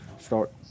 start